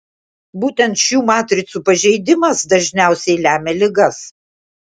būtent šių matricų pažeidimas dažniausiai lemia ligas